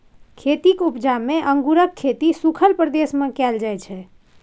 खेतीक उपजा मे अंगुरक खेती सुखल प्रदेश मे कएल जाइ छै